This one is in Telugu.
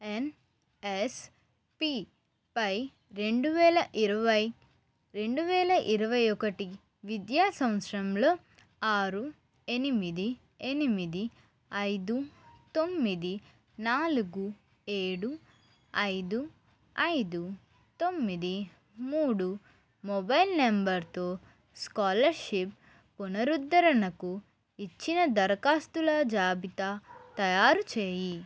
ఎన్ఎస్పిపై రెండు వేల ఇరవై రెండు వేల ఇరవై ఒకటి విద్యా సంత్సరంలో ఆరు ఎనిమిది ఎనిమిది ఐదు తొమ్మిది నాలుగు ఏడు ఐదు ఐదు తొమ్మిది మూడు మొబైల్ నెంబర్తో స్కాలర్షిప్ పునరుద్ధరణకు ఇచ్చిన దరఖాస్తుల జాబితా తయారుచేయి